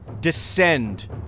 descend